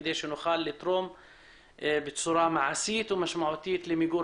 כדי שנוכל לתרום בצורה מעשית ומשמעותית למיגור